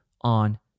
on